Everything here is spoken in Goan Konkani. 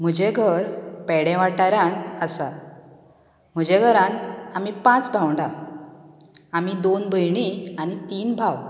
म्हजे घर पेडे वाठारांतन आसा म्हजे घरांत आमी पांच भावंडा आनी दोन भयणी आनी तीन भाव